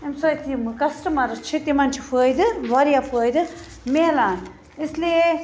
اَمہِ سۭتۍ یِمہٕ کَسٹٕمَرٕز چھِ تِمَن چھُ فٲیدٕ واریاہ فٲیدٕ میلان اِس لیے